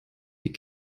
die